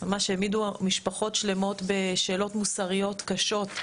ממש העמידו משפחות שלמות בשאלות מוסריות קשות,